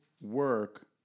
work